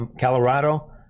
Colorado